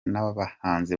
n’abahanzi